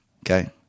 Okay